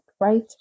right